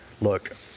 look